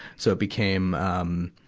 so it became, um,